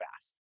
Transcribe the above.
fast